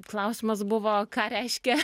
klausimas buvo ką reiškia